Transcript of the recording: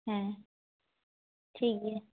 ᱦᱮᱸ ᱴᱷᱤᱠᱜᱮᱭᱟ